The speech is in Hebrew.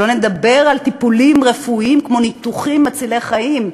שלא לדבר על טיפולים רפואיים כמו ניתוחים מצילי חיים,